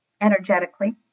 energetically